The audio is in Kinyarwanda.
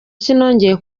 sinongeye